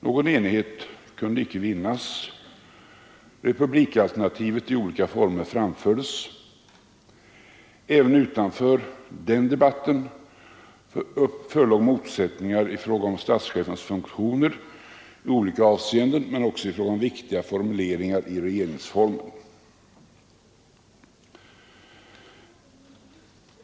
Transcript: Någon enighet kunde icke vinnas. Republikalternativet i olika former framfördes. Även utanför den debatten förelåg motsättningar i fråga om statschefens funktioner men också i fråga om viktiga formuleringar i regeringsformen.